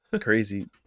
crazy